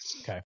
Okay